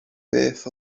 beth